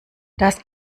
das